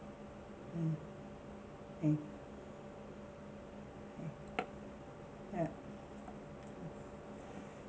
mm K K ya